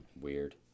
Weird